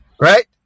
Right